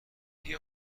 دیگه